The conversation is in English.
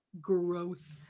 gross